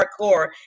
hardcore